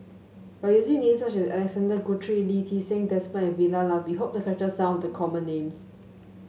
by using names such as Alexander Guthrie Lee Ti Seng Desmond and Vilma Laus we hope to capture some of the common names